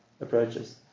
approaches